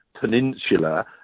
peninsula